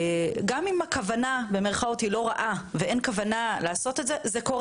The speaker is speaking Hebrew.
בואו נשים את זה על